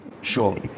Sure